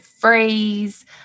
phrase